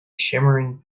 shimmering